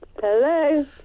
Hello